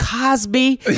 Cosby